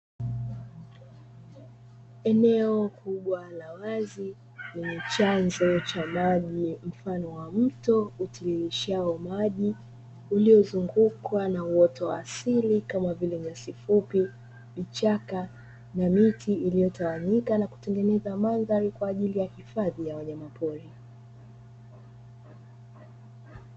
Eneo kubwa la wazi lenye chanzo cha maji mfano wa mto utiririshao maji uliozungukwa na uoto wa asili kama vile nyasi fupi, vichaka na miti iliyotawanyika na kutengeneza mandhari kwa ajili ya hifadhi ya wanyama pori.